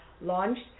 launched